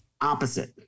opposite